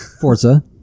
forza